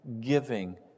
giving